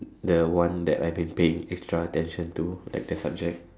the one that I been paying extra attention to like the subject